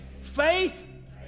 Faith